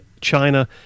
China